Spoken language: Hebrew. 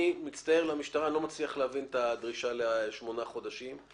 אני מצטער אבל אני לא מצליח להבין את הדרישה לשמונה חודשים.